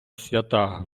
свята